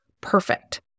perfect